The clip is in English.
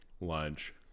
lunch